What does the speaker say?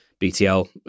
BTL